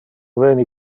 veni